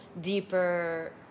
deeper